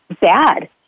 bad